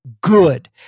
good